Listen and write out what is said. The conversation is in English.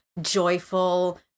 joyful